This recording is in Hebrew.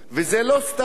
הממשלה הזו